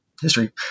history